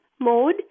mode